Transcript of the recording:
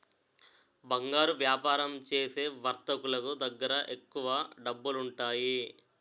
బంగారు వ్యాపారం చేసే వర్తకులు దగ్గర ఎక్కువ డబ్బులుంటాయి